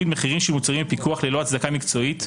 מחירים של מוצרים בפיקוח ללא הצדקה מקצועית,